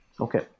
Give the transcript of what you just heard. Okay